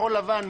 מכחול לבן,